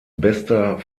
bester